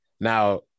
now